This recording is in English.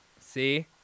See